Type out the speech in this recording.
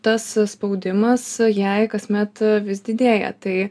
tas spaudimas jai kasmet vis didėja tai